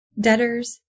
debtors